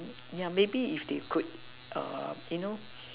yeah maybe if they could you know